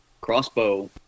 crossbow